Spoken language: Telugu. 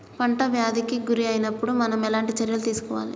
పంట వ్యాధి కి గురి అయినపుడు మనం ఎలాంటి చర్య తీసుకోవాలి?